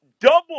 double